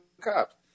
cops